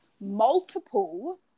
multiple